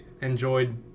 enjoyed